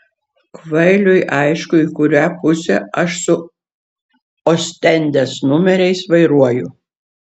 kvailiui aišku į kurią pusę aš su ostendės numeriais vairuoju